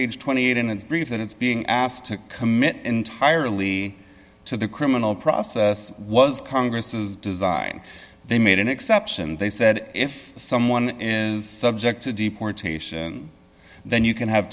page twenty eight dollars and that it's being asked to commit entirely to the criminal process was congress's design they made an exception they said if someone is subject to deportation then you can have